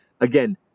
again